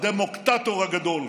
הדמוקטטור הגדול.